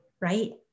right